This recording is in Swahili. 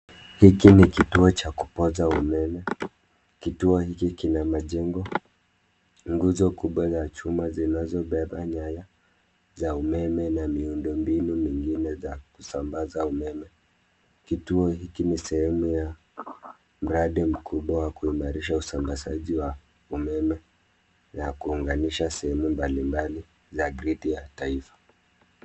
Hiki ni kituo cha kupoza umeme. Kituo hiki kina majengo, nguzo kubwa za chuma zinazobeba nyaya za umeme na miundo mbinu mingine za kusambaza umeme. Kituo hiki ni sehemu ya mradi mkubwa wa kuimarisha usambazaji wa umeme ya kuunganisha sehemu mbalimbali ya gridi ya taifa.